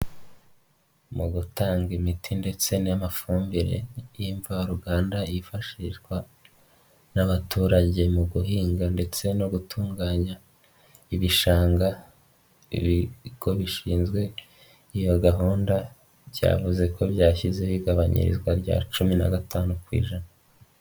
Mu gutanga imiti ndetse n'amafumbire y'imvaruganda yifashishwa n'abaturage mu guhinga ndetse no gutunganya ibishanga, ibigo bishinzwe iyo gahunda byavuze ko byashyizeho igabanyirizwa rya cumi na gatanu ku ijana.